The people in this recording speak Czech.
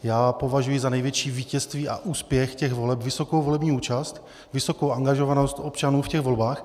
Já považuji za největší vítězství a úspěch těch voleb vysokou volební účast, vysokou angažovanost občanů v těch volbách.